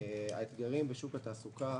האתגרים בשוק התעסוקה